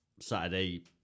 saturday